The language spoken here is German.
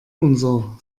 unser